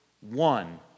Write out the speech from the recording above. one